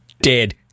dead